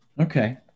Okay